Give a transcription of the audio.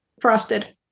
Frosted